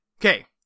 Okay